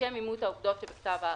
לשם אימות העובדות שבכתב הערר.